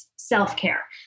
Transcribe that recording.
Self-care